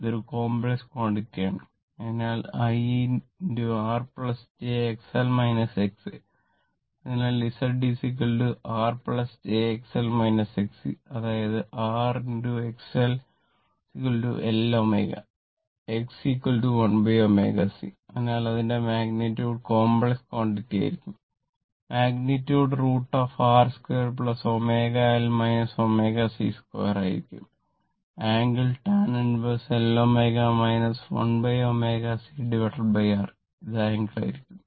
ഇതൊരു complex quantity ഇത് angle ആയിരിക്കും